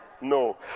No